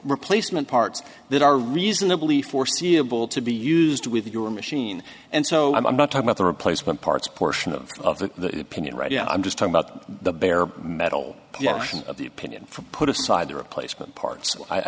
replacement parts that are reasonably foreseeable to be used with your machine and so i'm not talk about the replacement parts portion of the opinion right yeah i'm just about the bare metal of the opinion for put aside the replacement parts i